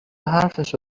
حرفشو